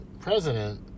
president